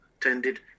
tended